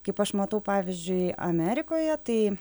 kaip aš matau pavyzdžiui amerikoje tai